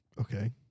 Okay